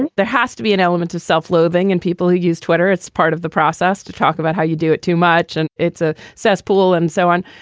and there has to be an element of self-loathing and people who use twitter, it's part of the process to talk about how you do it too much and it's a cesspool and so on.